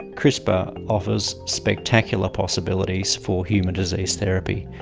crispr offers spectacular possibilities for human disease therapy,